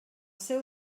seu